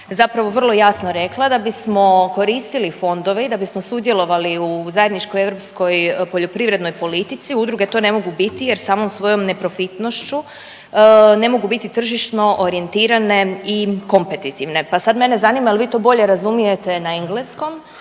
zapravo vrlo jasno rekla da bismo koristili fondove i da bismo sudjelovali u zajedničkoj europskoj poljoprivrednoj politici, udruge to ne mogu biti jer samom svojom neprofitnošću ne mogu biti tržišno orijentirane i kompetitivne. Pa sad mene zanima jel vi to bolje razumijete na engleskom